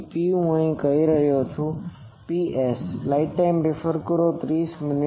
તેથી P હું કહી રહ્યો છું Ps